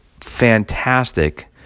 fantastic